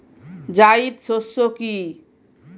জায়িদ শস্য কি?